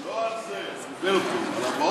לסדר-היום.